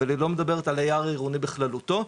אבל היא לא מדברת על היער העירוני בכללותו,